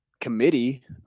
committee